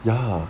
ya